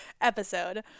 episode